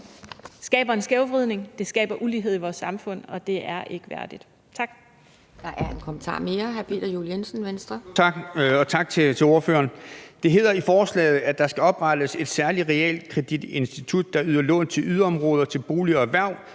skaber en skævvridning; det skaber ulighed i vores samfund, og det er ikke værdigt. Tak.